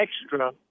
extra